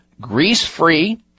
Grease-free